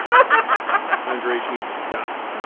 ah conjuration needs to die.